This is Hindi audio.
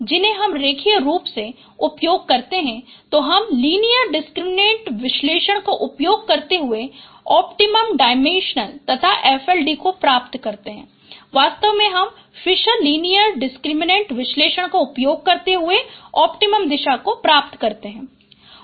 जिन्हें हम रेखीय रूप में उपयोग करते हैं तो हम लीनियर डिसक्रिमिनेंट विश्लेषण का उपयोग करते हुए ओप्टिमम डायरेक्शन तथा FLD को प्राप्त करते हैं वास्तव में हम Fisher linear discriminant linear discriminant विश्लेषण का उपयोग करते हुए ओप्टिमम दिशा को प्राप्त करते हैं